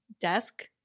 desk